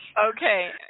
Okay